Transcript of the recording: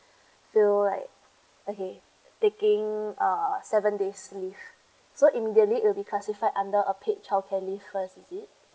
feel like okay taking uh seven days leave so immediately it'll be classified under a paid childcare leave first is it